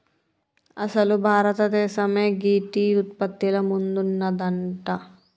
అసలు భారతదేసమే గీ టీ ఉత్పత్తిల ముందున్నదంట